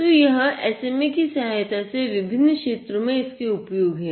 तो यह SMA की सहायता से विभिन्न क्षेत्रो में इसके उपयोग हैं'